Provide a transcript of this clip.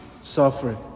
suffering